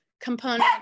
component